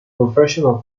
professional